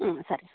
ಹ್ಞೂ ಸರಿ